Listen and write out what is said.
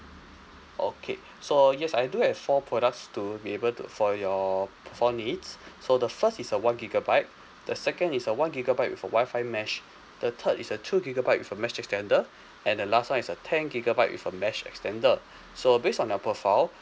okay so yes I do have four products to be able to for your profile needs so the first is a one gigabyte the second is a one gigabyte with a wi-fi mesh the third is a two gigabyte with a mesh extender and the last one is a ten gigabyte with a mesh extender so based on your profile